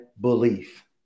belief